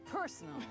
personal